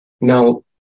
Now